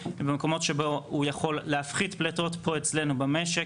במקומות שבו הוא יכול להפחית פליטות פה אצלנו במשק.